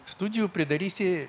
studijų pridarysi